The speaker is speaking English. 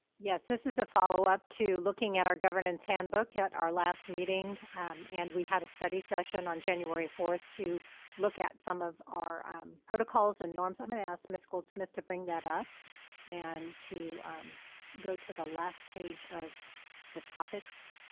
yes, this is a follow-up to looking at our governance handbook at our last meeting and we had a study session on january fourth to look at some of our protocols and norms. i'm going to ask ms. goldsmith to bring that up and to go to the last page of the topics.